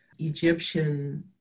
Egyptian